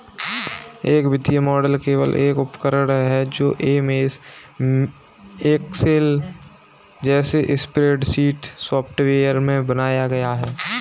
एक वित्तीय मॉडल केवल एक उपकरण है जो एमएस एक्सेल जैसे स्प्रेडशीट सॉफ़्टवेयर में बनाया गया है